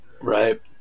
right